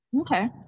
Okay